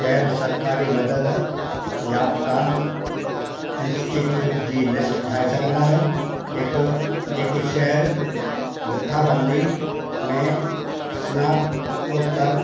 ग़ैर सरकारी मदद याफ़्ता इंस्टिट्यूट जी लिस्ट ठाहे सघंदा आहियो जेक जेके शहर रिथाबंदी में स्नातकोत्तर